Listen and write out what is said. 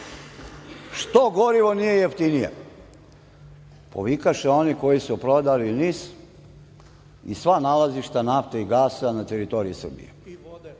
Što gorivo nije jeftinije, povikaše oni koji su prodali NIS i sva nalazišta nafte i gasa na teritoriji Srbije. I, vode. Dame